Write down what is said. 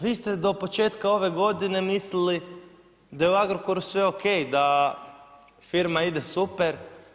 Vi ste do početka ove godine mislili da je u Agrokoru sve o.k., da firma ide super.